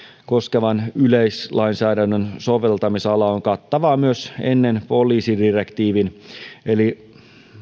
koskevan yleislainsäädännön soveltamisala on kattavaa myös ennen poliisidirektiivin eli